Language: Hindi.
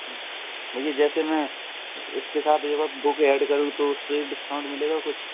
ठीक भैया जैसे मैं इ इसके साथ एक और बुक ऐड करूँ तो उस पर डिस्काउंट मिलेगा कुछ